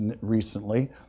recently